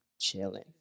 chilling